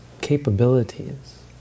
capabilities